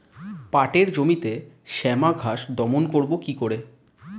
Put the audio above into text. পাটের জমিতে শ্যামা ঘাস দমন করবো কি করে?